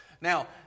Now